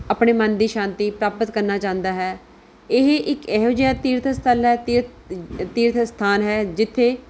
ਆਪਣੇ ਮਨ ਦੀ ਸ਼ਾਂਤੀ ਪ੍ਰਾਪਤ ਕਰਨਾ ਚਾਹੁੰਦਾ ਹੈ ਇਹ ਇੱਕ ਇਹੋ ਜਿਹਾ ਤੀਰਥ ਸਥੱਲ ਹੈ ਤੀਰਥ ਤੀਰਥ ਸਥਾਨ ਹੈ ਜਿੱਥੇ